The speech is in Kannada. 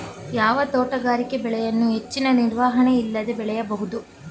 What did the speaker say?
ಯಾವ ತೋಟಗಾರಿಕೆ ಬೆಳೆಯನ್ನು ಹೆಚ್ಚಿನ ನಿರ್ವಹಣೆ ಇಲ್ಲದೆ ಬೆಳೆಯಬಹುದು?